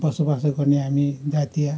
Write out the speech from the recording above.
बसोबास गर्ने हामी जातीय